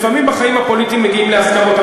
לפעמים בחיים הפוליטיים מגיעים להסכמות,